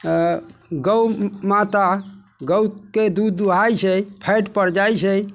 अऽ गउ माता गउके दूध दुहाइ छै फैटपर जाइ छै